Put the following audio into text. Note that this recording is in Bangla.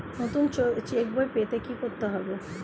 নতুন চেক বই পেতে কী করতে হবে?